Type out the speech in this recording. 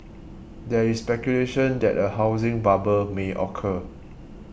there is speculation that a housing bubble may occur